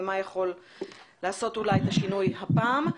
ומה יכול לעשות אולי את השינוי הפעם?